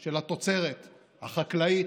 של התוצרת החקלאית,